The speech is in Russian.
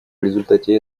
результате